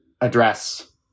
address